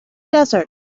desert